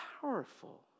powerful